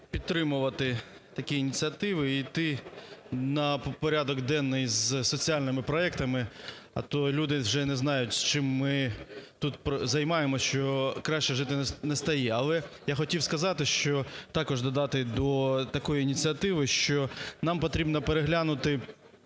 підтримувати такі ініціативи і йти на порядок денний з соціальними проектами, а то люди вже не знають, чим ми тут займаємося, що краще жити не стає. Але я хотів сказати, що також додати до такої ініціативи, що нам потрібно переглянути